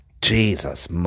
Jesus